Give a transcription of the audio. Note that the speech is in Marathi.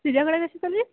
तुझ्याकडे कशी चालू आहे